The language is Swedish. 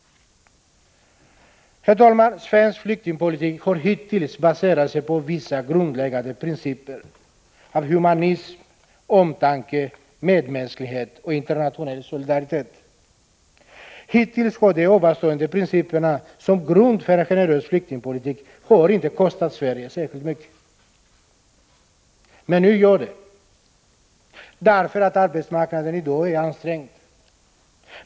Herr talman! Svensk flyktingpolitik har hittills baserat sig på vissa grundläggande principer: humanitet, omtanke, medmänsklighet och internationell solidaritet. Hittills har dessa principer som grund för en generös flyktingpolitik inte kostat Sverige särskilt mycket. Men nu gör det det — därför att arbetsmarknaden i dag är ansträngd.